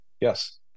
Yes